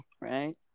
right